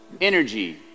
energy